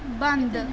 बंद